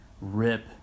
rip